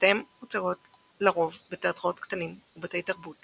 הפקותיהם מוצגות לרוב בתיאטראות קטנים ובתי תרבות,